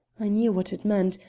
i knew what it meant,